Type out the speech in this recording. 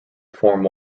form